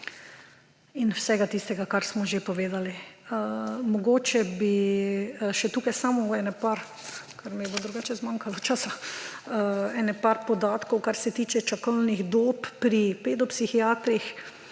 in vsega tistega, kar smo že povedali. Mogoče bi še tukaj samo par podatkov – ker mi bo drugače zmanjkalo časa –, kar se tiče čakalnih dob pri pedopsihiatrih.